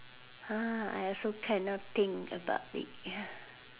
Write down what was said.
ah I also cannot think about it